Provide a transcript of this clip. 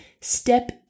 step